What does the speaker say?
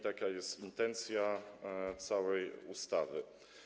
Taka jest intencja całej ustawy.